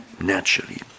naturally